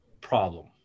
problem